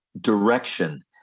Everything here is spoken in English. direction